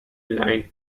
line